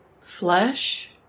flesh